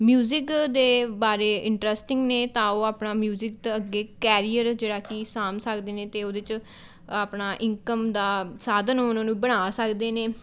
music ਦੇ ਬਾਰੇ interesting ਨੇ ਤਾਂ ਉਹ ਆਪਣਾ ਮਿਊਜ਼ਕ ਅੱਗੇ ਕੈਰੀਅਰ ਜਿਹੜਾ ਕਿ ਸਾਂਭ ਸਕਦੇ ਨੇ ਅਤੇ ਉਹਦੇ 'ਚ ਆਪਣਾ ਇਨਕਮ ਦਾ ਸਾਧਨ ਉਨ੍ਹਾਂ ਨੂੰ ਬਣਾ ਸਕਦੇ ਨੇ